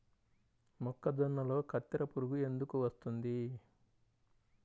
మొక్కజొన్నలో కత్తెర పురుగు ఎందుకు వస్తుంది?